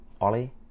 Ollie